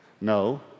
No